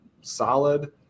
solid